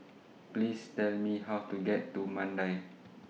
Please Tell Me How to get to Mandai